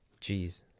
Jeez